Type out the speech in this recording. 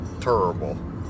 terrible